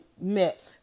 met